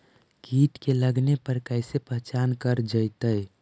कीट के लगने पर कैसे पहचान कर जयतय?